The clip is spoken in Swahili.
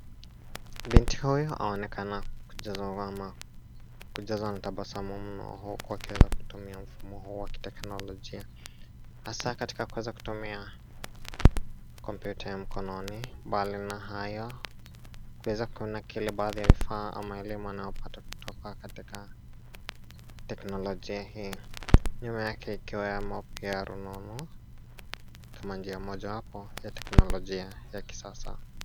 Binti huyu aonekana kujazwa na tabasamu mno huku akiweza kutumia mfumo huu wa kiteknolojia, haswa katika kuweza kutumia kompyuta ya mkononi. Mbali na hayo, twaweza kuona kila baadhi ya vifaa ama elimu anayopata kutoka katika teknolojia hii. Simu yake ikiwa ya rununu kama njia mojawapo ya teknolojia ya kisasa.